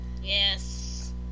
Yes